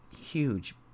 huge